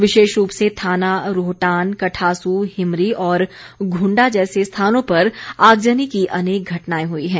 विशेष रूप से थाना रोहटान कठासू हिमरी और घुंडा जैसे स्थानों पर आगजनी की अनेक घटनाएं हुई हैं